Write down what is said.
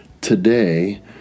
Today